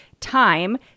time